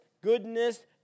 goodness